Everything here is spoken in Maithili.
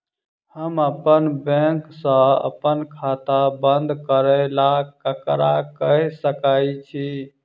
हम अप्पन बैंक सऽ अप्पन खाता बंद करै ला ककरा केह सकाई छी?